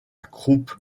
croupe